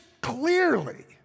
clearly